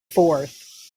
fourth